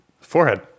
forehead